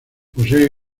posee